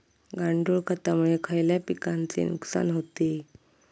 गांडूळ खतामुळे खयल्या पिकांचे नुकसान होते?